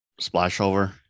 Splashover